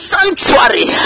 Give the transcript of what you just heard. Sanctuary